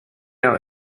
out